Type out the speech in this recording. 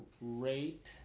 rate